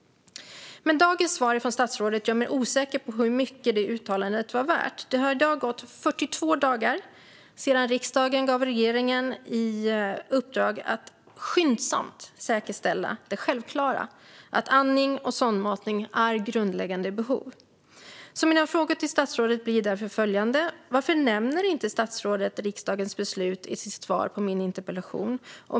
Men dagens svar från statsrådet gör mig osäker på hur mycket det uttalandet var värt. Det har nu gått 42 dagar sedan riksdagen gav regeringen i uppdrag att skyndsamt säkerställa det självklara - att andning och sondmatning är grundläggande behov. Mina frågor till statsrådet blir därför följande: Varför nämner inte statsrådet riksdagens beslut i sitt svar på min interpellation?